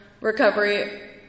recovery